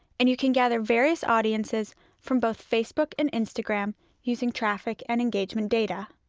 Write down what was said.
and you can gather various audiences from both facebook and instagram using traffic and engagement data.